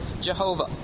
Jehovah